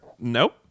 Nope